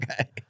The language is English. Okay